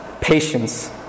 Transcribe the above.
patience